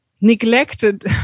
neglected